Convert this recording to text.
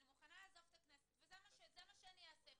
אני מוכנה לעזוב את הכנסת וזה מה שאני אעשה.